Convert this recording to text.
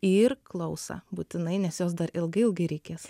ir klausą būtinai nes jos dar ilgai ilgai reikės